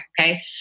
okay